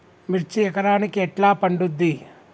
మిర్చి ఎకరానికి ఎట్లా పండుద్ధి?